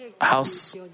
house